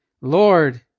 Lord